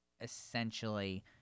essentially